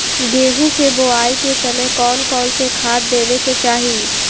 गेंहू के बोआई के समय कौन कौन से खाद देवे के चाही?